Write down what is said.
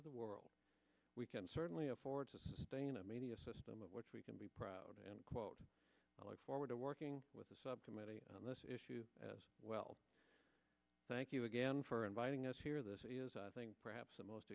world we can certainly afford to sustain a media system of which we can be proud of and quote i look forward to working with the subcommittee on this issue as well thank you again for inviting us here this is i think perhaps the most